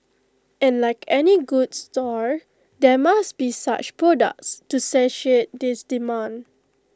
and like any good store there must be such products to satiate this demand